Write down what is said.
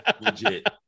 legit